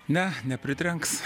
ne nepritrenks